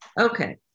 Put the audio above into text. Okay